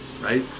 right